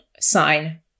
sign